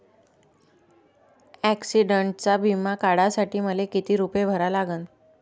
ॲक्सिडंटचा बिमा काढा साठी मले किती रूपे भरा लागन?